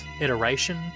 iteration